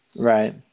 Right